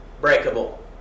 breakable